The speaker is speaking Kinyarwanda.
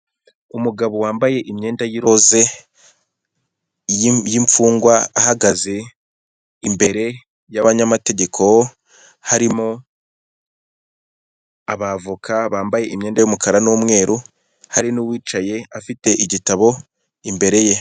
Umugabo wambaye imyenda y'iroze, y'imfungwa ahagaze imbere y'abanyamategeko. Hari abavoka bambaye imyenda y'umukara n'umweru, hari n'uwicaye afite igitabo imbere ye.